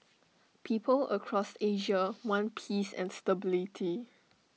people across Asia want peace and stability